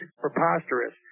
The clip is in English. preposterous